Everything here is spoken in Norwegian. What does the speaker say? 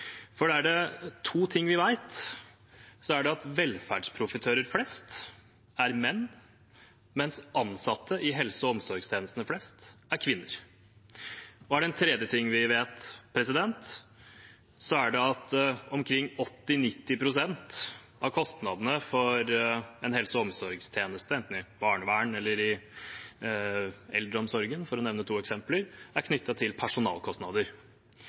For er det to ting vi vet, er det at velferdsprofitører flest er menn, mens ansatte i helse- og omsorgstjenestene flest er kvinner. Og er det en tredje ting vi vet, er det at omkring 80–90 pst. av kostnadene for en helse- og omsorgstjeneste enten i barnevernet eller i eldreomsorgen, for å nevne to eksempler, er knyttet til personalkostnader.